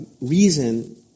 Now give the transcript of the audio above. reason